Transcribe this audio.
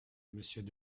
monsieur